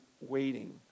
waiting